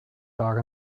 tag